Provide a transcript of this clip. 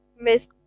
Miss